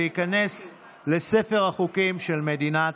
וייכנס לספר החוקים של מדינת